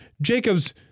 Jacobs